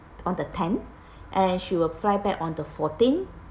on the tenth and she will fly back on the fourteen